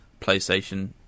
PlayStation